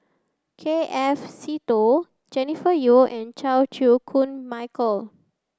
K F Seetoh Jennifer Yeo and Chan Chew Koon Michael